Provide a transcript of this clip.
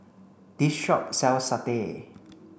this shop sells satay